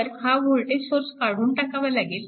तर हा voltage source काढून टाकावा लागेल